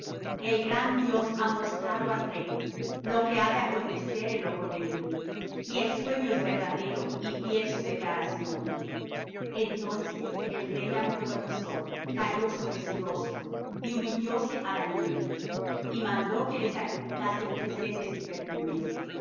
el gran dios ha mostrado al rey lo que ha de acontecer en lo por venir y el sueño es verdadero y fiel su declaración entonces el rey nabucodonosor cayó sobre su rostro y humillóse á daniel y mandó que le sacrificasen presentes y perfumes